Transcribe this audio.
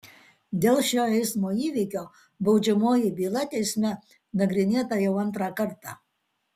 dėl šio eismo įvykio baudžiamoji byla teisme nagrinėta jau antrą kartą